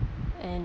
and